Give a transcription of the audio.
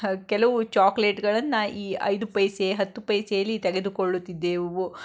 ಕೆಲವು ಚಾಕ್ಲೇಟ್ಗಳನ್ನು ಈ ಐದು ಪೈಸೆ ಹತ್ತು ಪೈಸೆಯಲ್ಲಿ ತೆಗೆದುಕೊಳ್ಳುತ್ತಿದ್ದೆವು